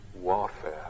warfare